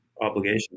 obligation